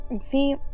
See